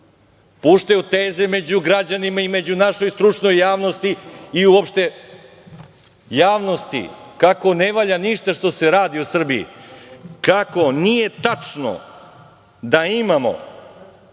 puštaju tenzije među građanima i među našom stručnom javnosti i uopšte javnosti kako ne valja ništa što se radi u Srbiji, kako nije tačno da imamo